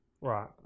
Right